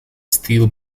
steel